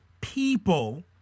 people